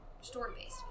story-based